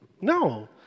No